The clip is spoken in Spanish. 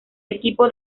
equipo